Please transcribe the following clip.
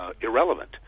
irrelevant